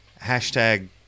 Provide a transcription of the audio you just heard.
hashtag